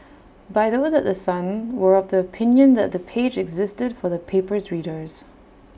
by those at The Sun were of the opinion that the page existed for the paper's readers